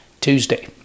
Tuesday